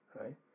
right